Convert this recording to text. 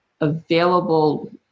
available